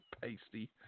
Pasty